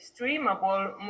streamable